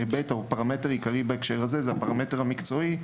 והפרמטר העיקרי, בהקשר הזה, הוא הפרמטר המקצועי.